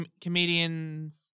comedians